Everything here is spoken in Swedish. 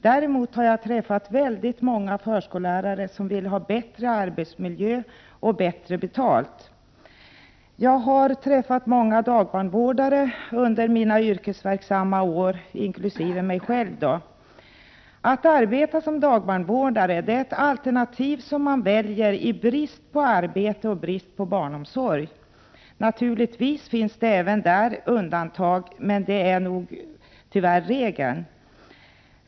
Däremot har jag träffat många förskollärare som vill ha bättre arbetsmiljö och bättre betalt. Jag har träffat många dagbarnvårdare under mina yrkesverksamma år, bl.a. som dagbarnvårdare. Att arbeta som dagbarnvårdare är ett alternativ man väljer i brist på arbete och barnomsorg. Naturligtvis finns det även där undantag, men detta är nog tyvärr regeln.